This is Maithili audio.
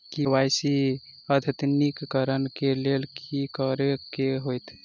के.वाई.सी अद्यतनीकरण कऽ लेल की करऽ कऽ हेतइ?